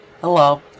Hello